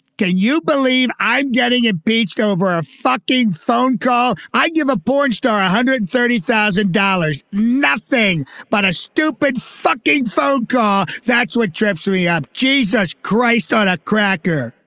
can you believe i'm getting a beach go over a fucking phone call. i give a porn star one hundred thirty thousand dollars. nothing but a stupid fucking phone call. that's what trips me up. jesus christ on a cracker